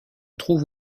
trouve